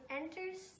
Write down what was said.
enters